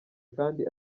kandi